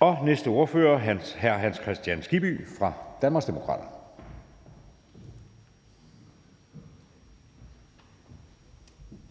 Den næste ordfører er hr. Hans Kristian Skibby fra Danmarksdemokraterne.